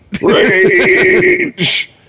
Rage